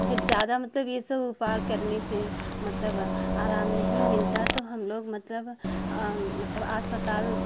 जब ज्यादा मतलब ये सब उपाय करने से मतलब आराम नहीं मिलता तो हम लोग मतलब मतलब अस्पताल